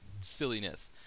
silliness